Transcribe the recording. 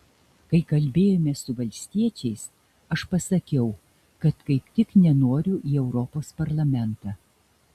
kai kalbėjome su valstiečiais aš pasakiau kad kaip tik nenoriu į europos parlamentą